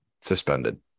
suspended